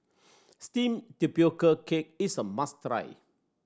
steamed tapioca cake is a must try